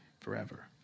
forever